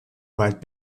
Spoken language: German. wald